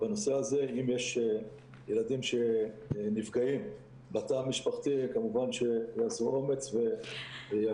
אם יש ילדים שנפגעים בתא המשפחתי כמובן לאזור אומץ.